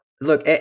look